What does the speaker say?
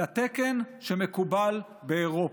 לתקן שמקובל באירופה.